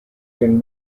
can